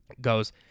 goes